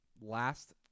last